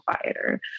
quieter